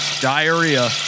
Diarrhea